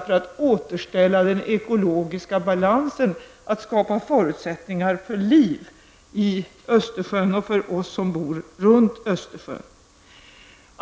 för att återställa den ekologiska balansen, att skapa förutsättningar för liv i Östersjön och för oss som bor runt Östersjön.